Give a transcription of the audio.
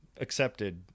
accepted